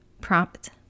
prompt